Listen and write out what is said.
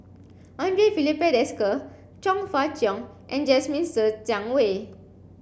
Andre Filipe Desker Chong Fah Cheong and Jasmine Ser Xiang Wei